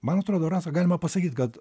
man atrodo rasa galima pasakyt kad